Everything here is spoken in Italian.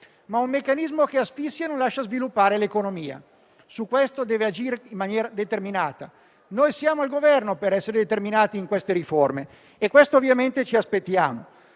ma un meccanismo che asfissia e non lascia sviluppare l'economia. Su questo deve agire in maniera determinata. Noi siamo al Governo per essere determinati in queste riforme e questo ovviamente ci aspettiamo.